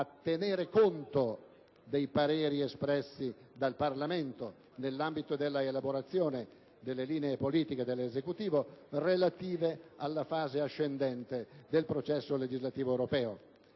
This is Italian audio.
a tener conto dei pareri espressi dal Parlamento nell'ambito dell'elaborazione delle linee politiche dell'Esecutivo relative alla fase ascendente del processo legislativo europeo.